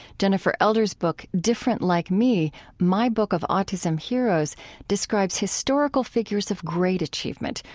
jennifer elder's book different like me my book of autism heroes describes historical figures of great achievement,